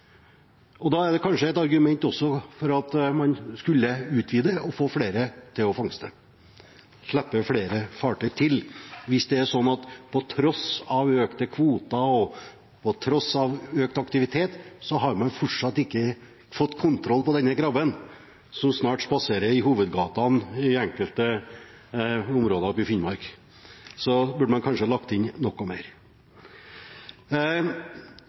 Det er kanskje også et argument for å utvide og få flere til å fangste, slippe flere fartøy til. Hvis det er sånn at man på tross av økte kvoter og økt aktivitet fortsatt ikke har fått kontroll på denne krabben, som snart spaserer i hovedgatene i enkelte områder oppe i Finnmark, burde man kanskje ha lagt inn noe mer.